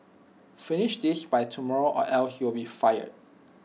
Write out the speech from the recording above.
finish this by tomorrow or else you'll be fired